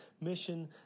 mission